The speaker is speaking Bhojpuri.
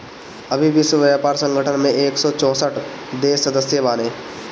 अबही विश्व व्यापार संगठन में एक सौ चौसठ देस सदस्य बाने